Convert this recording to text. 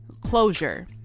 closure